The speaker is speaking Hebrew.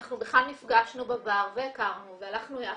אנחנו בכלל נפגשנו בבר, הכרנו והלכנו יחד.